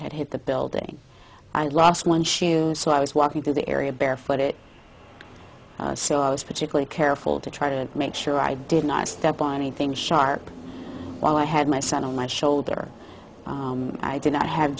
had hit the building i lost one shoe so i was walking through the area barefoot it so i was particularly careful to try to make sure i did not step on anything sharp while i had my son on my shoulder i did not have